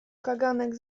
kaganek